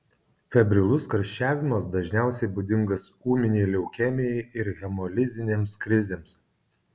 febrilus karščiavimas dažniausiai būdingas ūminei leukemijai ir hemolizinėms krizėms